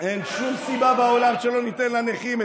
אין שום סיבה בעולם שלא ניתן לנכים.